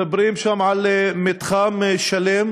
מדברים שם על מתחם שלם